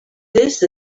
this